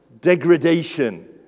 degradation